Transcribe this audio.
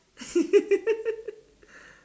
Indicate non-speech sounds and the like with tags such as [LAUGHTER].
[LAUGHS]